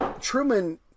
Truman